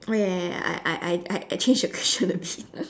oh ya ya ya I I I I actually should have should have